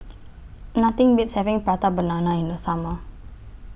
Nothing Beats having Prata Banana in The Summer